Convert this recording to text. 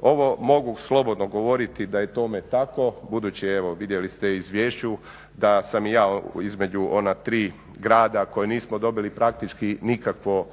Ovo mogu slobodno govoriti da je tome tako budući evo, vidjeli ste i u izvješću da sam i ja između ona tri grada koja nismo dobili praktički nikakvo